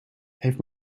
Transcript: heeft